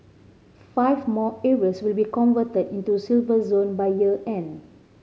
five more areas will be converted into Silver Zone by year end